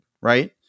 right